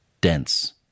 dense